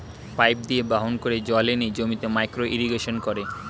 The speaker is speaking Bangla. পাইপ দিয়ে বাহন করে জল এনে জমিতে মাইক্রো ইরিগেশন করে